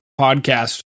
podcast